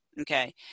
Okay